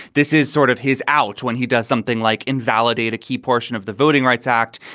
this is sort of his out when he does something like invalidated a key portion of the voting rights act,